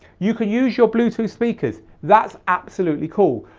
you can use your bluetooth speakers, that's absolutely cool.